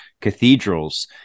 cathedrals